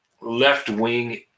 left-wing